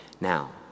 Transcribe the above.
Now